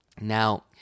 now